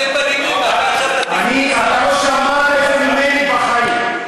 אתם בניתם לא שמעת את זה ממני בחיים.